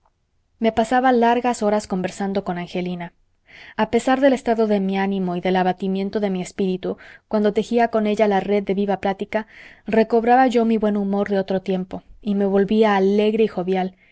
me pasaba largas horas conversando con angelina a pesar del estado de mi ánimo y del abatimiento de mi espíritu cuando tejía con ella la red de viva plática recobraba yo mi buen humor de otro tiempo y me volvía alegre y jovial